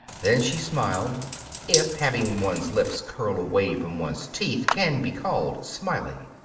then she smiled if having one's lips curl away from one's teeth can be called smiling.